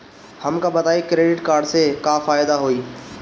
हमका बताई credit card से का फायदा होई?